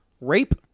Rape